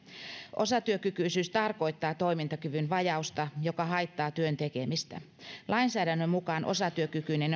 osatyökykyisyys tarkoittaa toimintakyvyn vajausta joka haittaa työn tekemistä lainsäädännön mukaan osatyökykyinen